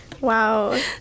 Wow